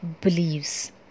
beliefs